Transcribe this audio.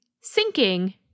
sinking